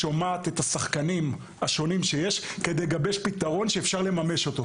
שומעת את השחקנים השונים שיש כדי לגבש פתרון שאפשר לממש אותו.